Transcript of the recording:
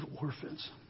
orphans